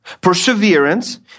perseverance